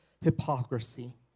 hypocrisy